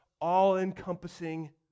all-encompassing